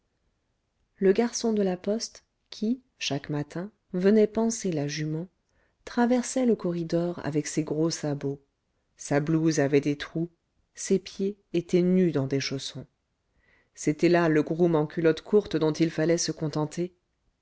le garçon de la poste qui chaque matin venait panser la jument traversait le corridor avec ses gros sabots sa blouse avait des trous ses pieds étaient nus dans des chaussons c'était là le groom en culotte courte dont il fallait se contenter